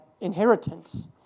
inheritance